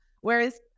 Whereas